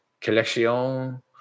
Collection